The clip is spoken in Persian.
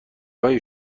های